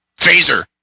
Phaser